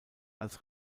als